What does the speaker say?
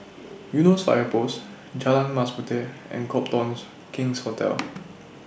Eunos Fire Post Jalan Mas Puteh and Copthorne King's Hotel